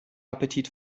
appetit